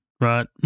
right